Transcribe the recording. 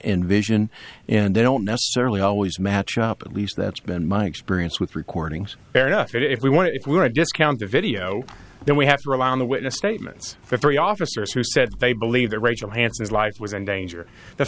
and vision and they don't necessarily always match up at least that's been my experience with recordings fair enough if we want if we're a discount of video then we have to rely on the witness statements for three officers who said they believe that rachel hanson is life was endanger the